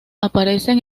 aparecen